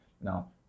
Now